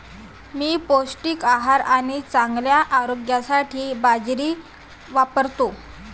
मी पौष्टिक आहार आणि चांगल्या आरोग्यासाठी बाजरी वापरतो